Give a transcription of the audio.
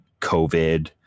COVID